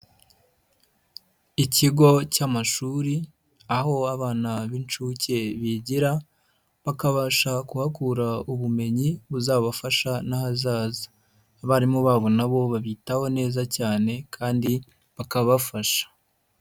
Ikigo cy'amashuri aho abana b'inshuke bigira bakabasha kuhakura ubumenyi buzabafasha n'ahazaza, abarimu babo na bo babitaho neza cyane kandi bakabafasha.